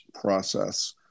process